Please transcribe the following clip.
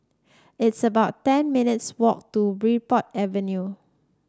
it's about ten minutes' walk to Bridport Avenue